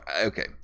Okay